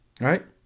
right